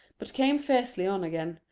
but came fiercely on again,